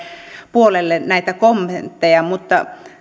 puolelle näitä kommentteja mutta